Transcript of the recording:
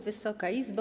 Wysoka Izbo!